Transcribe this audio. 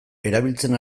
erabiltzen